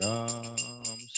Ram